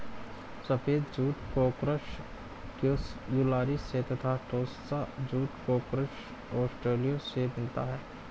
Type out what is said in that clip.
सफ़ेद जूट कोर्कोरस कप्स्युलारिस से तथा टोस्सा जूट कोर्कोरस ओलिटोरियस से मिलता है